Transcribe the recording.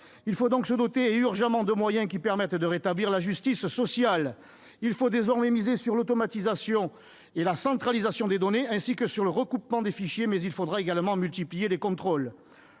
Il faut donc se doter, et urgemment, de moyens qui permettent de rétablir la justice sociale. Il faut désormais miser sur l'automatisation et la centralisation des données, ainsi que sur le recoupement des fichiers ; mais il faudra également multiplier les contrôles.